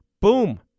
Boom